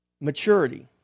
maturity